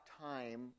time